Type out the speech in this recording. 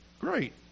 great